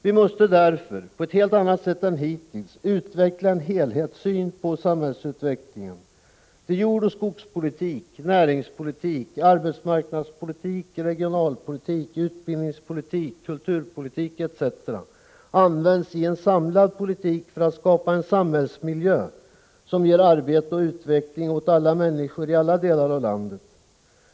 Vi måste därför, på ett helt annat sätt än hittills, utveckla en helhetssyn på samhällsutvecklingen, där jordoch skogspolitik, näringspolitik, arbetsmarknadspolitik, regionalpolitik, utbildningspolitik, kulturpolitik etc. används i en samlad politik för att skapa en samhällsmiljö som ger arbete och utveckling åt alla människor i alla delar av landet.